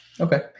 Okay